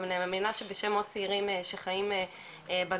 ואני מאמינה שבשם עוד צעירים שחיים בגליל,